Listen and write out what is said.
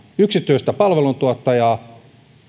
yksityistä palveluntuottajaa